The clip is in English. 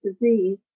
disease